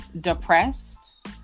depressed